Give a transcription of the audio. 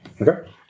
Okay